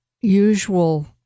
usual